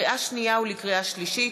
לקריאה שנייה ולקריאה שלישית,